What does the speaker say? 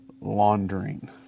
laundering